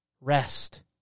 Rest